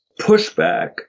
pushback